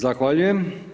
Zahvaljujem.